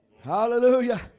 Hallelujah